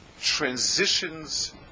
transitions